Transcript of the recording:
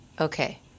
okay